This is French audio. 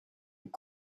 est